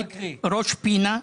ראש פינה,